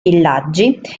villaggi